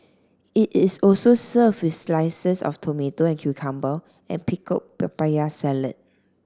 it is also served with slices of tomato and cucumber and pickled papaya salad